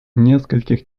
нескольких